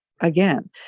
again